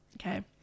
Okay